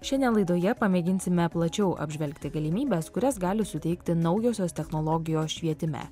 šiandien laidoje pamėginsime plačiau apžvelgti galimybes kurias gali suteikti naujosios technologijos švietime